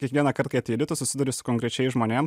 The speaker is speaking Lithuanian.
kiekvienąkart kai ateini tu susiduri su konkrečiais žmonėm